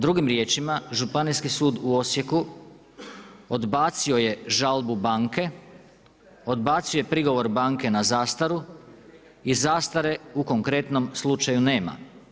Drugim riječima, Županijski sud u Osijeku odbacio je žalbu banke, odbacio je prigovor banke na zastaru i zastare u konkretnom slučaju nema.